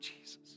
Jesus